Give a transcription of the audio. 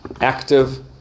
active